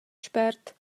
spert